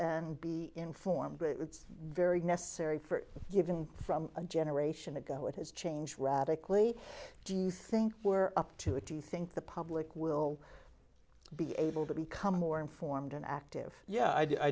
and be informed but it's very necessary for given from a generation ago what has changed radically do you think we're up to it do you think the public will being able to become more informed and active yeah i